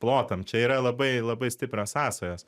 plotam čia yra labai labai stiprios sąsajos